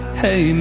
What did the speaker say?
hey